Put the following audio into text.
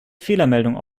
fehlermeldung